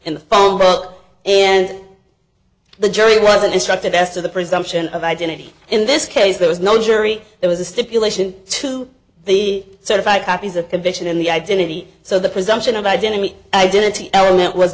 in the phone book and the jury wasn't instructed asked of the presumption of identity in this case there was no jury there was a stipulation to the certified copies of conviction in the identity so the presumption of identity identity element w